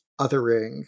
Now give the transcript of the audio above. othering